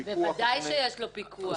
ודאי שיש לו פיקוח.